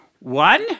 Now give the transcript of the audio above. One